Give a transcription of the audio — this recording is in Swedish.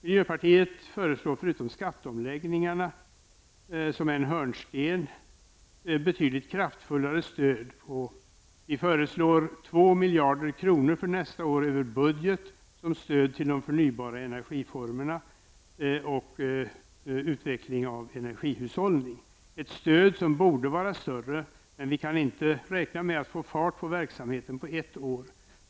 Miljöpartiet föreslår förutom skatteomläggningarna, som är en hörnsten, betydligt kraftfullare stöd. Vi föreslår 2 miljarder kronor för nästa år över budgeten som stöd till de förnybara energiformerna och utveckling av energihushållning, ett stöd som borde vara större, men vi kan inte räkna med att få fart på verksamheten på ett år.